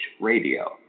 Radio